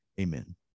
Amen